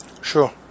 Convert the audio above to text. Sure